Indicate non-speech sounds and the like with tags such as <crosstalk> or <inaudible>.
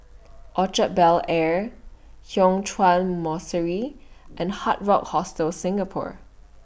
Orchard Bel Air <unintelligible> Chuan Monastery and Hard Rock Hostel Singapore